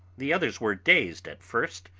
the others were dazed at first,